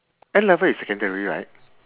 N-level is secondary right